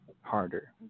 Harder